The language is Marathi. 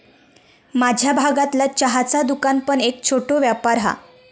माझ्या भागतला चहाचा दुकान पण एक छोटो व्यापार हा